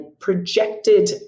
projected